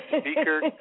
speaker